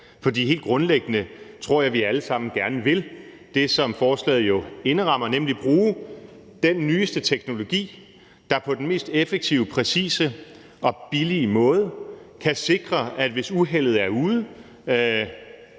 For helt grundlæggende tror jeg vi alle sammen gerne vil det, som forslaget jo indrammer, nemlig bruge den nyeste teknologi, der på den mest effektive, præcise og billige måde kan sikre, at hvis uheldet er ude,